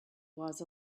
was